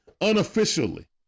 unofficially